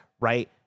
right